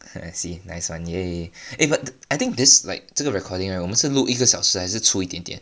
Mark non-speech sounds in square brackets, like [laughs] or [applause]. [laughs] I see nice one !yay! eh but I think this like 这个 recording right 我们是录一个小时还是出一点点